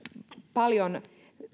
paljon